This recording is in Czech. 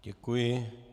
Děkuji.